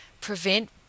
prevent